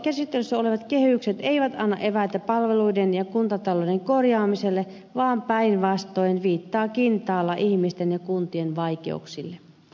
käsittelyssä olevat kehykset eivät anna eväitä palveluiden ja kuntatalouden korjaamiselle vaan päinvastoin viittaavat kintaalla ihmisten ja kun tien vaikeuksille